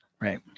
Right